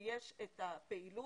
שיש את הפעילות,